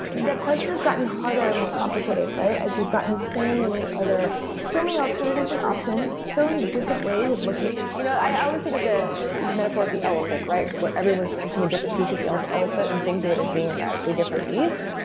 that question is gotten harder and more complicated as you've gotten so many other so many alternatives and options. so many different ways of looking you know i always think of the the metaphor of the elephant, where everyone's touching a different piece of yeah of the elephant and things of it is being a radically different beast.